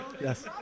Yes